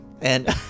And-